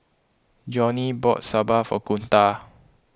Johnny bought Sambar for Kunta